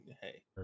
Hey